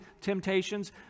temptations